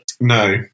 No